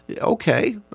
okay